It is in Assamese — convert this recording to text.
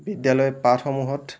বিদ্যালয়ৰ পাঠসমূহত